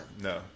No